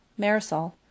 Marisol